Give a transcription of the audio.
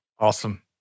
Awesome